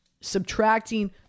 subtracting